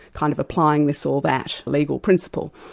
kind of applying this or that legal principle.